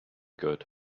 good